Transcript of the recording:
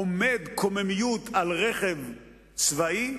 עומד קוממיות על רכב צבאי,